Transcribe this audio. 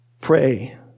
Pray